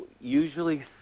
usually